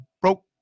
broke